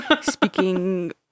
Speaking